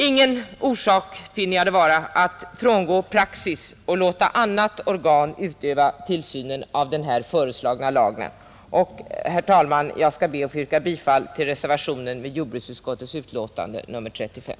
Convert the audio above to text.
Ingen orsak finner jag det vara att frångå praxis och låta annat organ utöva tillsynen av den här föreslagna lagen och, herr talman, jag skall be att få yrka bifall till reservationen vid jordbruksutskottets betänkande nr 35.